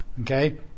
Okay